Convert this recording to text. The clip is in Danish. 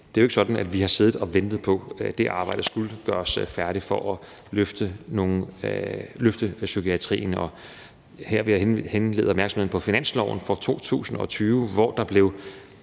det er jo ikke sådan, at vi har siddet og ventet på, at det arbejde skulle gøres færdigt, i forhold til at løfte nogle løfte psykiatrien. Her vil jeg henlede opmærksomheden på finansloven for 2020, hvor der blev